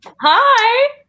hi